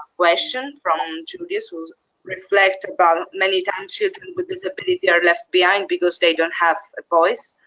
question from judith who reflects but many times children with disabilities are left behind because they don't have a voice.